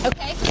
Okay